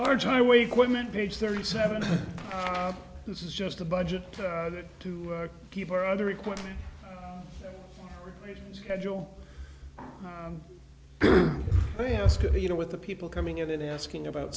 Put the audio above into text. george highway equipment page thirty seven this is just the budget to keep our other equipment schedule they ask of you know with the people coming in and asking about